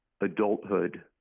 adulthood